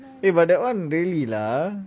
ya but that [one] really lah